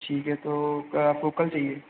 ठीक है तो आपको कल चाहिए